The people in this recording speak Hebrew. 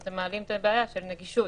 אתם מעלים כאן בעיה של נגישות.